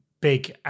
big